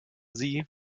sie